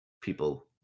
people